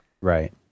Right